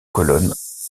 colonnes